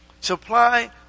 supply